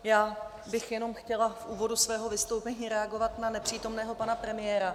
Já bych jenom chtěla v úvodu svého vystoupení reagovat na nepřítomného pana premiéra.